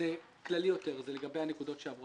יש דברים שאי אפשר לסיים אותם כי הרבה תלוי בממשלה.